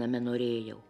name norėjau